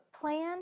plan